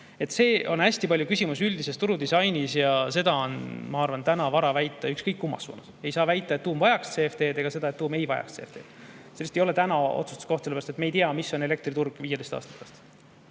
Siin on hästi palju küsimus üldises turudisainis ja seda on täna vara väita, ükskõik kummas suunas. Ei saa väita, et tuum vajaks CFD‑d, ega seda, et tuum ei vajaks CFD‑d. See ei ole täna otsustuskoht, sellepärast et me ei tea, milline on elektriturg 15 aasta